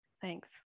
Thanks